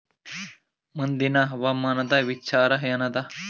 ಮುಂದಿನ ಹವಾಮಾನದ ವಿಚಾರ ಏನದ?